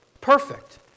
perfect